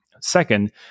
Second